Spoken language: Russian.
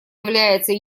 является